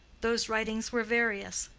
those writings were various,